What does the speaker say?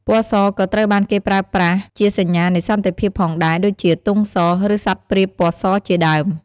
ពណ៌សក៏ត្រូវបានគេប្រើប្រាស់ជាសញ្ញានៃសន្តិភាពផងដែរ ដូចជាទង់ស ឬសត្វព្រាបពណ៌សជាដើម។